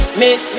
miss